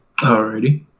Alrighty